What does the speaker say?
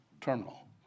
terminal